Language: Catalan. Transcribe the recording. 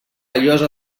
llosa